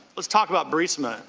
let's talk about burisma,